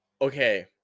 Okay